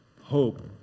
hope